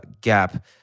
gap